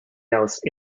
else